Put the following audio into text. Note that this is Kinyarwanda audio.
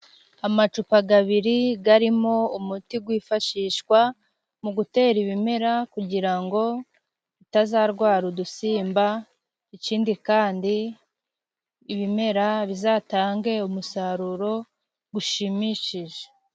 Amacupa abiri garimo umuti wifashishwa mu gutera ibimera kugira ngo bitazarwara udusimba ikindi kandi ibimera bizatange umusaruro gushimishije.